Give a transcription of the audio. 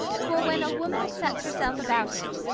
for when a woman sets her self about it,